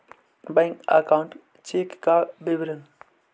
Bank account check का विवरण?